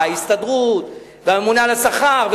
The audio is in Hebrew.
ההסתדרות והממונה על השכר,